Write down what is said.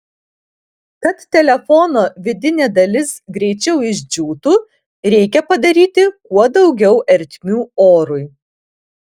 kad telefono vidinė dalis greičiau išdžiūtų reikia padaryti kuo daugiau ertmių orui